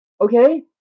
Okay